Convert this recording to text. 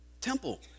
temple